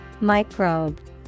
Microbe